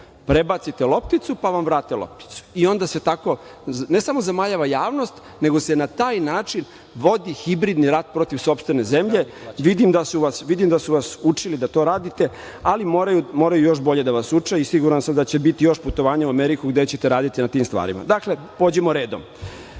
Prebacite lopticu pa vam vrate lopticu i onda se tako ne samo zamajava javnost, nego se na taj način vodi hibridni rat protiv sopstvene zemlje. Vidim da su vas učili da to radite, ali moraju još bolje da vas uče i siguran sam da će biti još putovanja u Ameriku gde ćete raditi na tim stvarima. Dakle, pođimo redom.